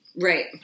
Right